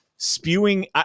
spewing